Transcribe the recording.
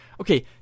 okay